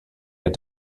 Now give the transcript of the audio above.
had